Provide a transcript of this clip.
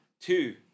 Two